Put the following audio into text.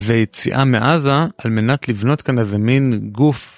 ויציאה מעזה על מנת לבנות כאן איזה מין גוף.